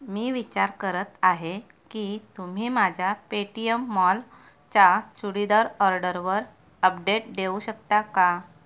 मी विचार करत आहे की तुम्ही माझ्या पेटीएम मॉल च्या चुडीदार ऑर्डरवर अपडेट देऊ शकता का